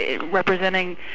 representing